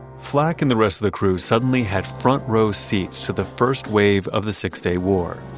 flack and the rest of the crew suddenly had front row seats to the first wave of the six-day war.